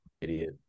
Idiot